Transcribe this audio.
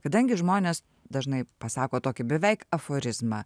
kadangi žmonės dažnai pasako tokį beveik aforizmą